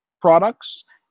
products